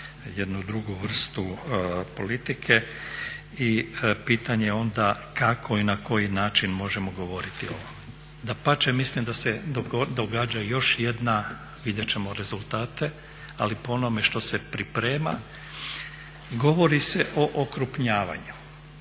jednu drugu vrstu politike. Pitanje je onda kako i na koji način možemo govoriti o ovom? Dapače, mislim da se događa još jedna, vidjet ćemo rezultate, ali po onome što se priprema govori se o okrupnjavanju